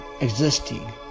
existing